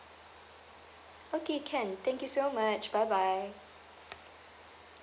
okay can thank you so much bye bye